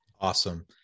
Awesome